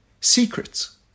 Secrets